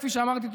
כפי שאמרתי,